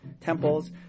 temples